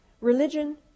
religion